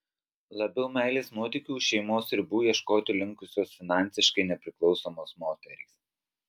labiau meilės nuotykių už šeimos ribų ieškoti linkusios finansiškai nepriklausomos moterys